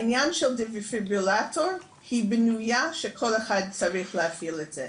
העניין של דפיברילטור הוא שכל אחד צריך להפעיל את זה.